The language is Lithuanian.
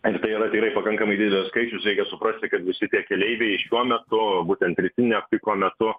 ir tai yra tikrai pakankamai didelis skaičius reikia suprasti kad visi tie keleiviai šiuo metu būtent rytinio piko metu